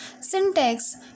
Syntax